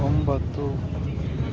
ಒಂಬತ್ತು